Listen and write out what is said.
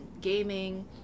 gaming